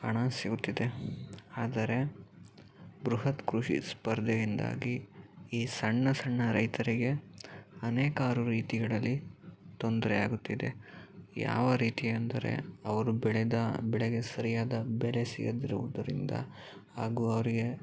ಹಣ ಸಿಗುತ್ತಿದೆ ಆದರೆ ಬೃಹತ್ ಕೃಷಿ ಸ್ಪರ್ಧೆಯಿಂದಾಗಿ ಈ ಸಣ್ಣ ಸಣ್ಣ ರೈತರಿಗೆ ಅನೇಕಾರು ರೀತಿಗಳಲ್ಲಿ ತೊಂದರೆ ಆಗುತ್ತಿದೆ ಯಾವ ರೀತಿ ಅಂದರೆ ಅವರು ಬೆಳೆದ ಬೆಳೆಗೆ ಸರಿಯಾದ ಬೆಲೆ ಸಿಗದಿರುವುದರಿಂದ ಹಾಗೂ ಅವರಿಗೆ